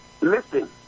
Listen